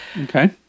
Okay